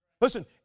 Listen